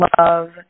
love